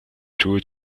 two